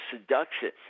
seduction